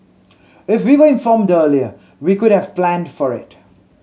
if we were informed earlier we could have planned for it